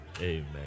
amen